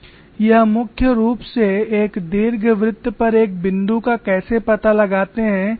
यह मुख्य रूप से एक दीर्घवृत्त पर एक बिंदु का कैसे पता लगाते हैं इस से आता है